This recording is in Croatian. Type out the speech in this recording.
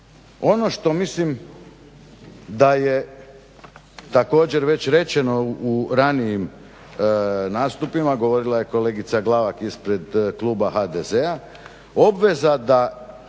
Ono što mislim da je također već rečeno u ranijim nastupima, govorila je kolegica Glavak ispred kluba HDZ-a, obveza da